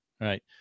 Right